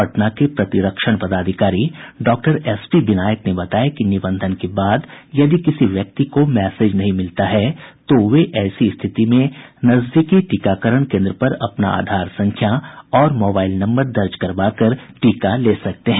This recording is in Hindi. पटना के प्रतिरक्षण पदाधिकारी डॉक्टर एस पी विनायक ने बताया कि निबंधन के बाद यदि किसी व्यक्ति को मैसेज नहीं मिलता है तो वे ऐसी स्थिति में नजदीकी टीकाकरण केन्द्र पर अपना आधार संख्या और मोबाईल नम्बर दर्ज करवा कर टीका ले सकते हैं